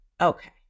Okay